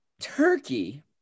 turkey